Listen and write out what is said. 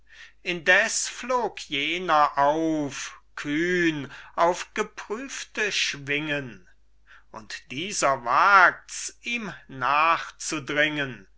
indes flog jener auf kühn auf geprüfte schwingen und dieser wagts ihm